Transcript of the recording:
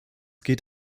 geht